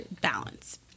balance